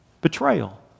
Betrayal